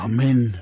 Amen